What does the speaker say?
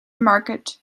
market